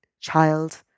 child